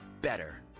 better